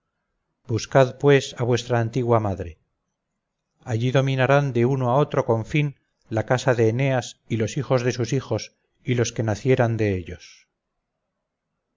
buscad pues a vuestra antigua madre allí dominarán de uno a otro confín la casa de eneas y los hijos de sus hijos y los que nacieran de ellos